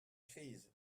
crise